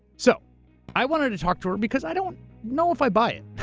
so i wanted to talk to her because i don't know if i buy it.